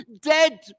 dead